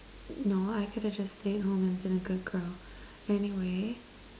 no I could have just stayed at home and been a good girl anyway